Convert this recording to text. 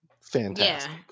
Fantastic